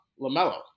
LaMelo